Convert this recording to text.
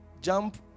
jump